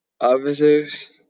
officers